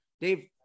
dave